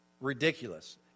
ridiculous